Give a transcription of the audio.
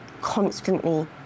constantly